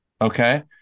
Okay